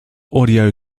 audio